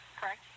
correct